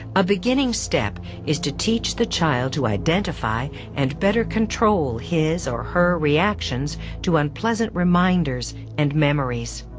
a beginning step is to teach the child to identify and better control his or her reactions to unpleasant reminders and memories.